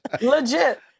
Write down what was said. legit